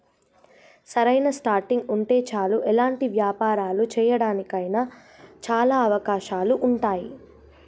సరైన స్టార్టింగ్ ఉంటే చాలు ఎలాంటి వ్యాపారాలు చేయడానికి అయినా చాలా అవకాశాలు ఉంటాయి